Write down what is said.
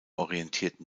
orientierten